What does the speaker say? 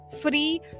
free